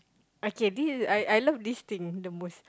okay this is I I love this thing the most